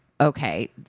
okay